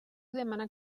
demana